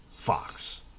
fox